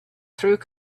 through